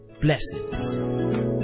Blessings